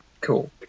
cool